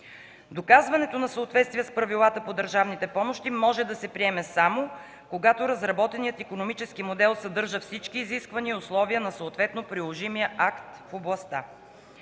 Доказването на съответствие с правилата по държавните помощи може да се приеме само, когато разработеният икономически модел съдържа всички изисквания и условия на съответно приложимия акт в областта.